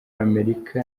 amerika